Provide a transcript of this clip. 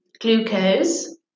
glucose